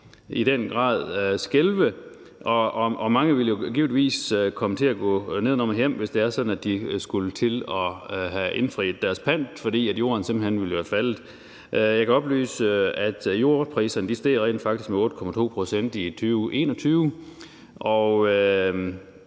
i den grad skælve, og mange ville jo givetvis komme til at gå nedenom og hjem, hvis det er sådan, at de skulle til at have indfriet deres pant, fordi priserne på jorden jo simpelt hen ville være faldet. Jeg kan oplyse, at jordpriserne rent faktisk steg med 8,2 pct. i 2021, og